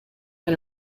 and